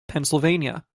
pennsylvania